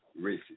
racist